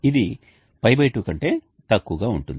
ఇది π2 కంటే తక్కువగా ఉంటుంది